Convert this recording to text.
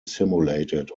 simulated